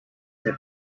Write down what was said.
set